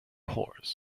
horse